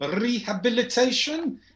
rehabilitation